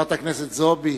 חברת הכנסת זועבי,